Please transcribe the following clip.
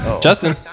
justin